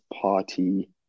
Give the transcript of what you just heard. party